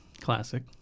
Classic